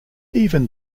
even